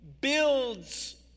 builds